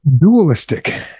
dualistic